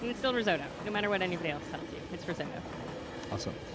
and it's still risotto. no matter what anybody else tells you, it's risotto awesome.